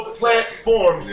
platform